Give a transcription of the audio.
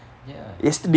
ya